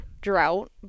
drought